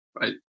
right